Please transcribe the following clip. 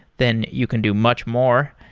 then you can do much more.